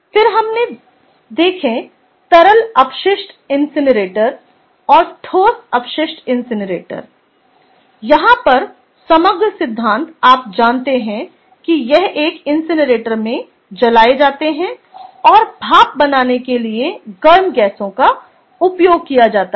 फिर हमने देखें तरल अपशिष्ट इनसिनरेटर और ठोस अपशिष्ट इनसिनरेटर देखा यहाँ पर समग्र सिद्धांत आप जानते हैं कि यह एक इनसिनरेटर में जलाए जाते हैं और भाप बनाने के लिए गर्म गैसों का उपयोग किया जाता है